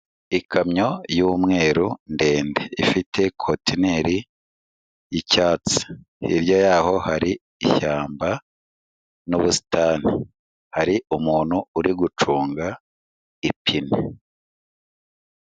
Ikamyo y'umweru ndende ifite kotineri y'icyatsi, hirya y'aho hari ishyamba n'ubusitani. Hari umuntu uri gucunga ipine.